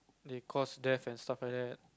they cause death and stuff like that